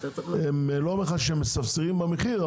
לא אומר לך שמספסרים במחיר,